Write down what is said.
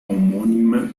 homónima